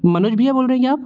मनोज भैया बोल रहें क्या आप